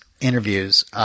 interviews